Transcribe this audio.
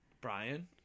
Brian